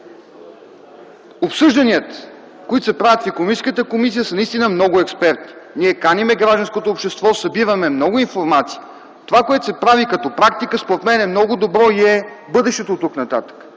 Обсъжданията, които се правят в Комисията по икономическата политика, енергетика и туризъм са наистина много експертни. Ние каним гражданското общество, събираме много информация. Това, което се прави като практика, според мен е много добро и е бъдещето оттук-нататък.